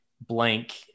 blank